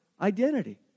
identity